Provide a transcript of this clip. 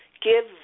give